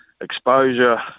exposure